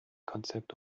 konzept